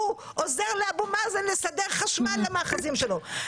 הוא עוזר לאבו מאזן לסדר חשמל למאחזים שלו.